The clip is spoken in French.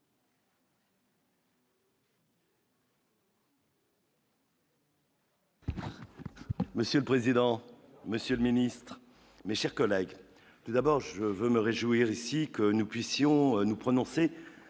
Monsieur le président, Monsieur le Ministre, mes chers collègues, tout d'abord, je veux me réjouir ici que nous puissions nous prononcer